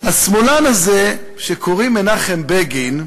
לשמאלן הזה, שקוראים לו מנחם בגין,